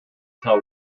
tell